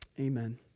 amen